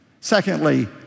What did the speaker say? Secondly